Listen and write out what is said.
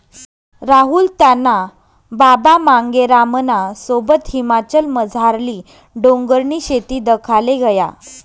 राहुल त्याना बाबा मांगेरामना सोबत हिमाचलमझारली डोंगरनी शेती दखाले गया